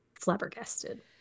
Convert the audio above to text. flabbergasted